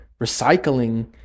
recycling